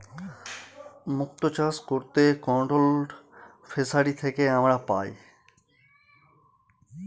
মুক্ত চাষ করে কন্ট্রোলড ফিসারী থেকে আমরা পাই